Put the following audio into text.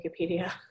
Wikipedia